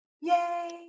Yay